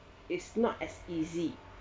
it's not as easy